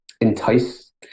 entice